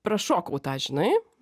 prašokau tą žinai